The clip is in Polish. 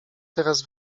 teraz